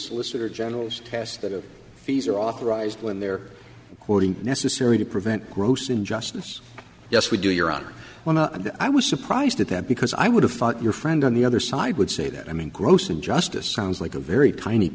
solicitor general's task that the fees are authorized when they're quoting necessary to prevent gross injustice yes we do your honor and i was surprised at that because i would have thought your friend on the other side would say that i mean gross injustice sounds like a very tiny